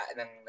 ng